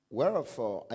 Wherefore